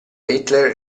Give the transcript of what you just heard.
hitler